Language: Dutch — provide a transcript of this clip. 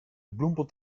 bloempot